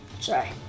Sorry